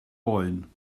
oen